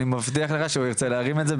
אני מבטיח לך שהוא ירצה להרים את זה,